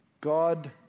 God